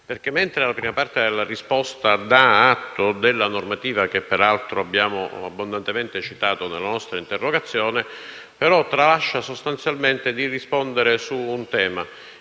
Mentre infatti la prima parte della risposta dà atto della normativa, che peraltro è stata abbondantemente citata nell'interrogazione, si tralascia sostanzialmente di rispondere sul tema